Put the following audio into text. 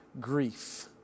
grief